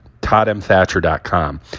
ToddMThatcher.com